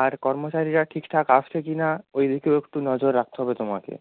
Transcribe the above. আর কর্মচারীরা ঠিক ঠাক আসছে কি না ওই দিকেও একটু নজর রাখতে হবে তোমাকে